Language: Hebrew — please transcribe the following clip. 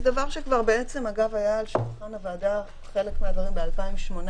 זה דבר שכבר היה על שולחן הוועדה חלק מהדברים ב-2018,